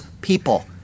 people